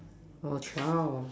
orh twelve